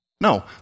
No